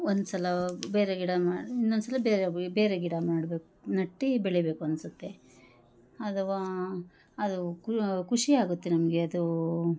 ಒಂದು ಸಲ ಬೇರೆ ಗಿಡ ಮಾಡಿ ಇನ್ನೊಂದು ಸಲ ಬೇರ್ಯಾವ ಬೇರೆ ಗಿಡ ಮಾಡಬೇಕು ನೆಟ್ಟು ಬೆಳಿಬೇಕು ಅನಿಸುತ್ತೆ ಅಥವಾ ಅದು ಖುಷಿಯಾಗುತ್ತೆ ನಮಗೆ ಅದು